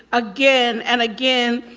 again and again.